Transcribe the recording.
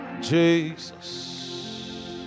Jesus